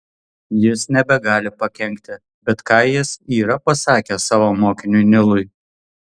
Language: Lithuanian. jis nebegali pakenkti bet ką jis yra pasakęs savo mokiniui nilui